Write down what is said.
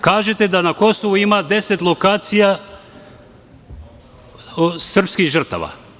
Kažete da na Kosovu ima 10 lokacija srpskih žrtava.